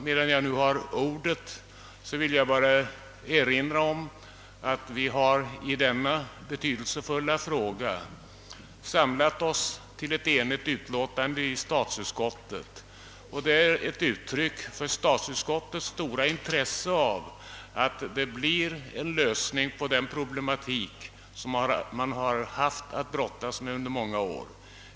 Medan jag ändå har ordet vill jag bara erinra om att vi i denna betydelsefulla fråga har samlat oss till ett enhälligt utlåtande, och det är ett uttryck för statsutskottets stora intresse av att det blir en lösning på den problematik, som man härvidlag haft att brottas med under många år.